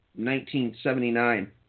1979